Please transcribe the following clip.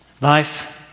life